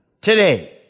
today